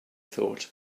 thought